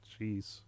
Jeez